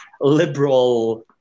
liberal